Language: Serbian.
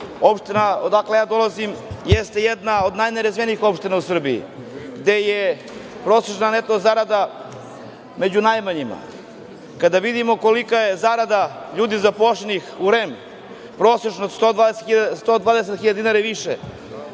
Opština odakle ja dolazim jeste jedna od najnerazvijenih opština u Srbiji, gde je prosečna neto zarada među najmanjima. Kada vidimo kolika je zarada ljudi zaposlenih u REM-u, prosečno 120.000 dinara i više,